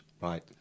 Right